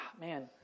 man